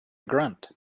grunt